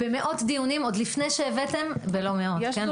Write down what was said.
במאות דיונים, עוד לפני שהבאתם לא מאות, כן?